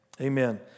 Amen